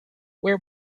where